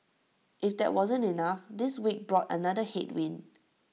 if that wasn't enough this week brought another headwind